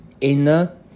inner